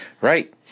Right